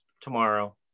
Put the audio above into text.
tomorrow